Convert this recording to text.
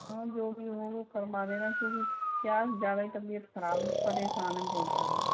हाँ जो भी हो वो करवा देना क्योंकि क्या ज़्यादा ही तबियत खराब परेशान है बहुत ज़्यादा